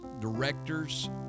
directors